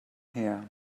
here